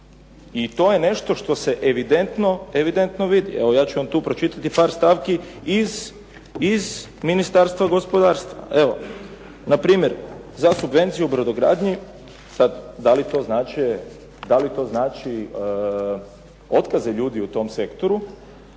I to je nešto što se evidentno vidi. Evo ja ću vam tu pročitati par stavki iz Ministarstva gospodarstva. Evo npr. za subvenciju u brodogradnji, sad da li to znači otkaze ljudi u tom sektoru